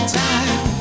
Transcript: time